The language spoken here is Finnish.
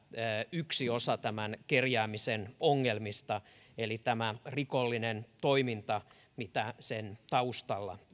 yksi kerjäämisen ongelmista eli rikollinen toiminta mitä sen taustalla